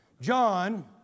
John